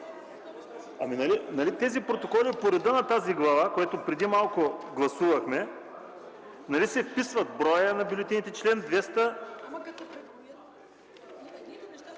се. Нали тези протоколи по реда на тази глава, която преди малко гласувахме, нали се вписват броя на бюлетините. (Реплики.)